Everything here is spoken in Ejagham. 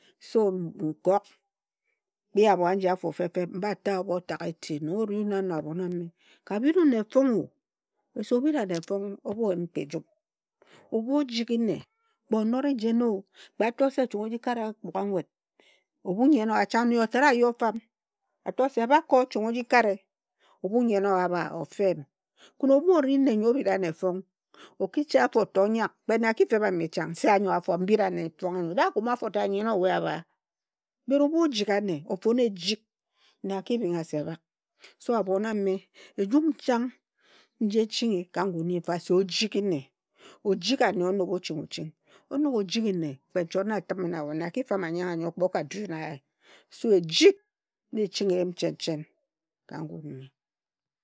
So nkok, nkpi abho a ji afo fefeb, mbha ta abho otag e ti nong ori wun a no ahbon a me. Ka bhiri un ne fong o, me se Obhira ane fong o bho yen kpe ejum. Ebhu ojigi nne kpe onori jen o, kpe a to se chong oji kare akpugha nwet, ebhu nyen o a chang, nne nyo tat a yi ofam a to se bha ko chong o ji kare, ebhu nyen o a a bha, ofeem. Khin ebhu ori nne nyo obhira ane fong, okicha afo ta onya, kpe nnenyo aki feb ammi chang, se anyo afo a, mbinra ane fong a nyo a, de akume afo ta nyen owe abha. But ebhu ojiga ne, ofon ejik nne a ki bhing a se bhak. So abhon ame, ejum jang nji e chinghi ka ngun nyi fa se ojighi nne. Ojigha ne onobh oching o ching. ONog ojighi ne kpe nchot na a time na we, nne a ki fam a nyangha nyo kpe o ka du ye. So ejik na echinghi eyim chen chen ka ngun nyi.